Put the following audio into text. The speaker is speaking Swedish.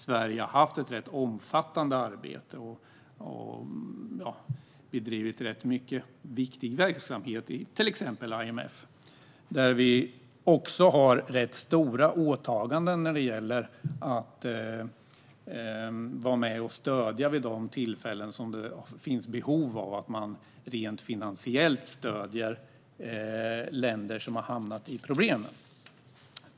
Sverige har bedrivit ett rätt omfattande arbete och rätt mycket viktig verksamhet i till exempel IMF, där vi också har rätt stora åtaganden när det gäller att vara med och stödja vid de tillfällen då det finns behov av att man rent finansiellt stöder länder som har hamnat i problem.